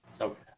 Okay